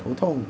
头痛